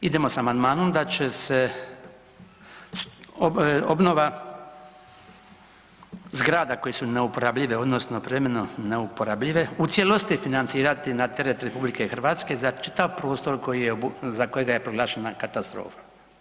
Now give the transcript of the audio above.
Idemo s amandmanom da će se obnova zgrada koje su neuporabljive odnosno privremeno neuporabljive u cijelosti financirati na teret RH za čitav prostor koji je, za kojega je proglašena katastrofa.